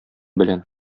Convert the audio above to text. белән